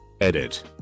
Edit